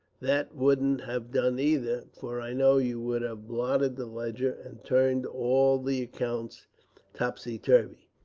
that wouldn't have done either, for i know you would have blotted the ledger, and turned all the accounts topsy-turvy.